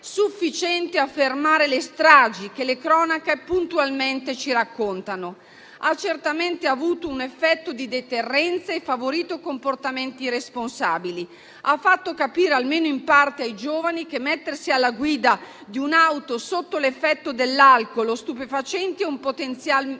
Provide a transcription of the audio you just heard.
sufficiente a fermare le stragi che le cronache puntualmente ci raccontano. Ha certamente avuto un effetto di deterrenza e favorito comportamenti responsabili; ha fatto capire almeno in parte ai giovani che mettersi alla guida di un'auto sotto l'effetto dell'alcol o di stupefacenti è un potenziale grave